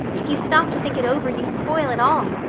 if you stop to think it over you spoil it all.